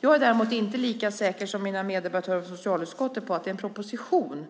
Däremot är jag inte lika säker som mina meddebattörer från socialutskottet på att en proposition